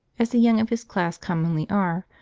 as the young of his class commonly are,